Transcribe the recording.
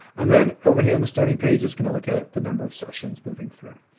and then over here in the starting page, is gonna look at the number of sessions moving through.